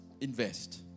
invest